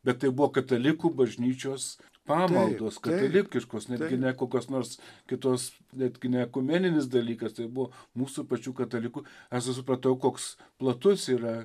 bet tai buvo katalikų bažnyčios pamaldos katalikiškos netgi ne kokios nors kitos netgi ne ekumeninis dalykas tai buvo mūsų pačių katalikų aš supratau koks platus yra